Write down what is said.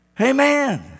Amen